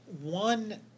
one